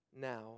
now